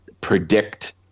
predict